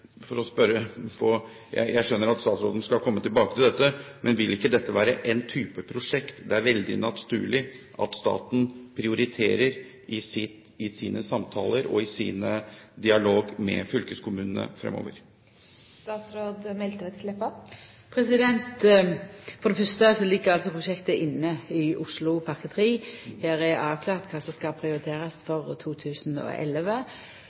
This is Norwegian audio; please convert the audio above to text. Jeg skjønner at statsråden skal komme tilbake til dette, men vil ikke dette være en type prosjekt det er veldig naturlig at staten prioriterer i sine samtaler og i sin dialog med fylkeskommunene fremover? For det fyrste ligg prosjektet inne i Oslopakke 3. Der er det avklart kva som skal